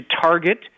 target